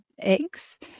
eggs